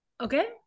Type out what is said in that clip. Okay